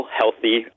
healthy